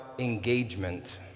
Engagement